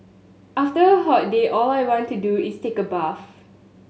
after a hot day all I want to do is take a bath